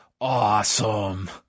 awesome